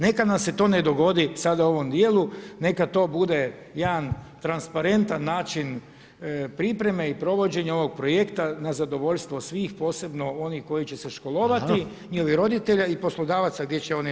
Neka nam se to ne dogodi sad u ovom dijelu, neka to bude ja transparentan način pripreme i provođenje ovog projekta, na zadovoljstvo svih, posebno onih koji će se školovati i ovih roditelja i poslodavaca gdje će oni raditi.